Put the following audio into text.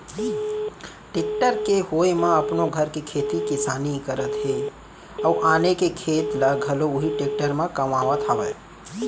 tractor के होय म अपनो घर के खेती किसानी करत हें अउ आने के खेत ल घलौ उही टेक्टर म कमावत हावयँ